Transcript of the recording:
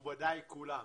מכובדיי כולם,